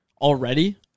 already